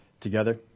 together